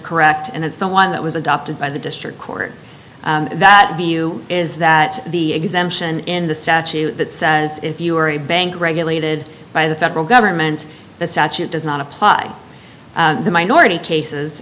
correct and it's the one that was adopted by the district court that view is that the exemption in the statute that says if you are a bank regulated by the federal government the statute does not apply to minority cases